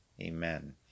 Amen